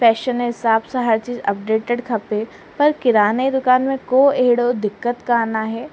fashion जे हिसाब सां हर चीज अपडेटिड खपे पर किराने जी दुकान में को अहिड़ो दिक़त कान आहे